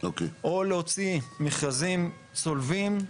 או להוציא מכרזים צולבים,